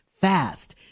fast